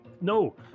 no